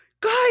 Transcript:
guys